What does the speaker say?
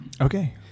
Okay